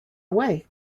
away